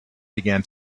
began